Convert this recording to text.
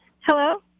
Hello